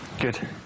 Good